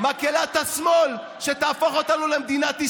אתה לא מאמין לעצמך.